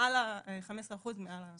15 אחוז מעל השכר.